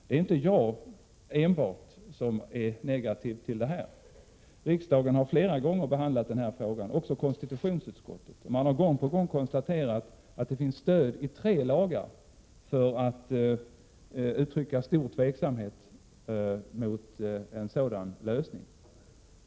Det är inte enbart jag som är negativt inställd i den frågan. Riksdagen och även dess konstitutionsutskott har flera gånger behandlat denna fråga, och man har gång på gång konstaterat att det finns stöd i tre lagar för att uttrycka stor tveksamhet mot den diskuterade lösningen.